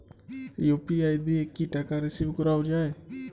UPI দিয়ে কি টাকা রিসিভ করাও য়ায়?